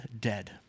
dead